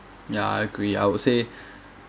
ya I agree I would say